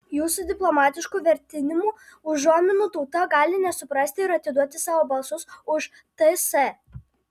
jūsų diplomatiškų vertinimų užuominų tauta gali nesuprasti ir atiduoti savo balsus už ts